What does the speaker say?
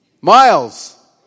Miles